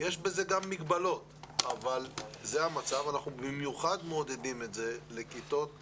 יש בזה גם מגבלות אבל זה המצב ואנחנו במיוחד מעודדים את זה לכיתות ה'